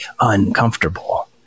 uncomfortable